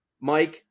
Mike